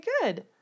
good